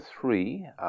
three